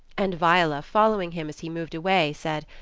and viola, following him as he moved away, said,